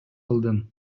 кылдым